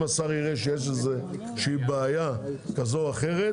אם השר יראה שיש איזה שהיא בעיה כזו או אחרת,